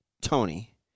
Tony